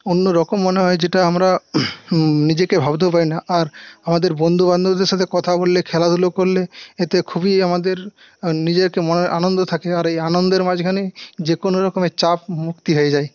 অন্যরকম মনে হয় যেটা আমরা নিজেকে ভাবতেও পারি না আর আমাদের বন্ধুবান্ধবদের সাথে কথা বললে খেলাধুলো করলে এতে খুবই আমাদের নিজেকে মনে আনন্দ থাকে আর এই আনন্দের মাঝখানে যেকোনো রকমের চাপ মুক্তি হয়ে যায়